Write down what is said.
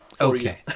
Okay